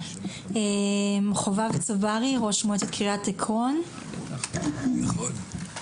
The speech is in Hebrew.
חובב צברי, ראש מועצת קריית עקרון, שלום.